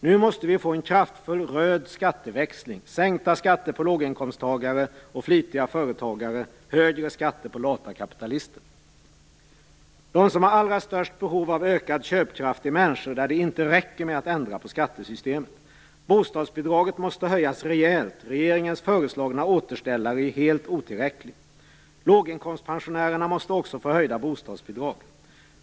Nu måste vi få en kraftfull röd skatteväxling, sänkta skatter på låginkomsttagare och flitiga företagare och högre skatter på lata kapitalister. De som har allra störst behov av ökad köpkraft är människor för vilka det inte räcker med att ändra på skattesystemet. Bostadsbidragen måste höjas rejält. Regeringens föreslagna återställare är helt otillräcklig. Låginkomstpensionärerna måste också få höjda bostadsbidrag.